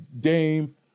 Dame